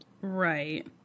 Right